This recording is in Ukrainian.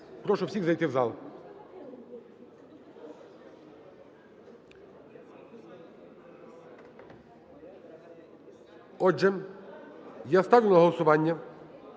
Прошу всіх зайти в зал. Отже, я ставлю на голосування